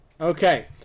okay